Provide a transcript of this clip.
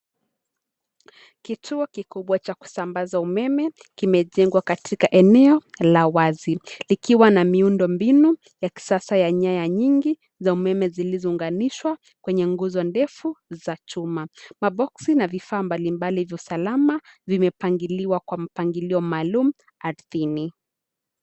Kituo kikubwa cha kusambaza umeme kimejengwa katika eneo la wazi likiwa na miundo mbinu ya kisasa ya nyaya nyingi za umeme zilizo unganishwa kwenye nguzo ndefu za chuma. Mabosi na vifaa mbali mbali za usalama zimepangiliwa kwa mpangilio maalumu ardhini.